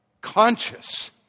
conscious